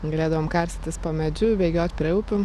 galėdavom karstytis po medžiu bėgiot prie upių